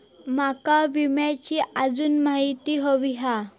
माका विम्याची आजून माहिती व्हयी हा?